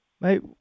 Mate